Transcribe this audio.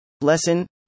Lesson